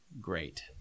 great